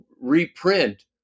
reprint